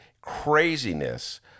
craziness